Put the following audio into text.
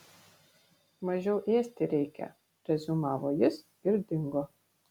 mažiau ėsti reikia reziumavo jis ir dingo